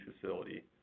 facility